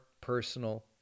personal